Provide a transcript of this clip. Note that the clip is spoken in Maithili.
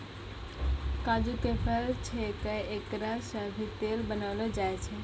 काजू के फल छैके एकरा सॅ भी तेल बनैलो जाय छै